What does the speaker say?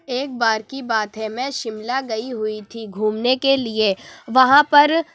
ایک بار کی بات ہے میں شملہ گئی ہوئی تھی گھومنے کے لیے وہاں پر